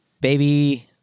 baby